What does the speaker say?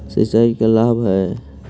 सिंचाई का लाभ है?